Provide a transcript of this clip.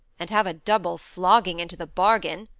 and have a double flogging into the bargain,